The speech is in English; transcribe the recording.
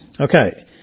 Okay